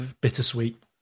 bittersweet